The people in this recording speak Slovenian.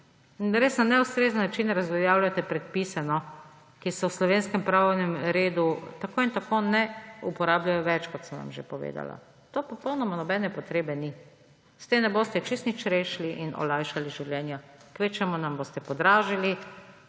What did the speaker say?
na res neustrezen način razveljavljate predpise, ki se v slovenskem pravnem redu tako in tako ne uporabljajo več, kot sem vam že povedala. Za to ni popolnoma nobene potrebe. S tem ne boste čisto nič rešili in olajšali življenja. Kvečjemu nam boste podražili